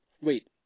Wait